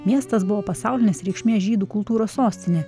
miestas buvo pasaulinės reikšmės žydų kultūros sostinė